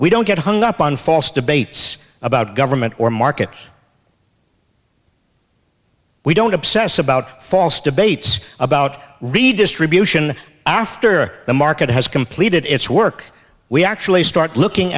we don't get hung up on false debates about government or market we don't obsess about false debates about redistribution after the market has completed its work we actually start looking